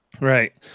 Right